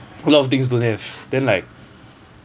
a lot of things don't have then like